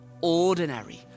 ordinary